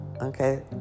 Okay